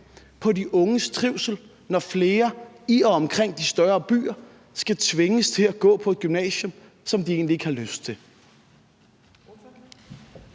på de unges trivsel, når flere i og omkring de større byer skal tvinges til at gå på et gymnasium, som de egentlig ikke har lyst til.